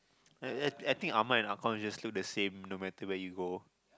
I I I think ah-ma and ah-gong look the same no matter where you go